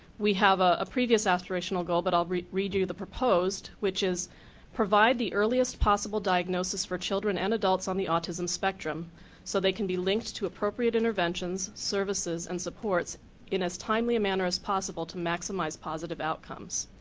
we have ah a previous aspirational goal that but i'll read read you the proposed, which is provide the earliest possible diagnosis for children and adults on the autism spectrum so they can be linked to appropriate interventions, services and supports in as timely a manner as possible to maximize positive outcomes.